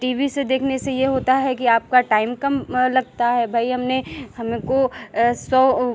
T V से देखने से ये होता है कि आपका टाइम कम लगता है भाई हमने हमको सौ